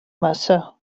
massa